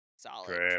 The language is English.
solid